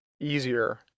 easier